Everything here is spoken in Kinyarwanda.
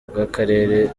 bw’akarere